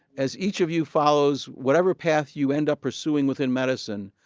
as each of you follows whatever path you end up pursuing within medicine,